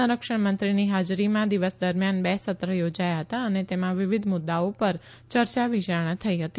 સંરક્ષણ મંત્રીની હાજરીમાં દિવસ દરમિયાન બે સત્ર થોજાયાં હતાં અને તેમાં વિવિધ મુદ્દાઓ પર ચર્ચાવિયારણા થઈ હતી